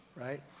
right